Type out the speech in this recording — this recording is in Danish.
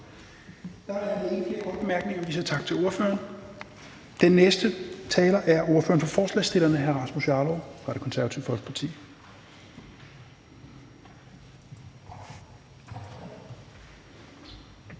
der ikke flere korte bemærkninger. Vi siger tak til ordføreren. Den næste taler er ordføreren for forslagsstillerne, hr. Rasmus Jarlov fra Det Konservative Folkeparti.